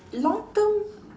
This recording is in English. long term